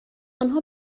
آنها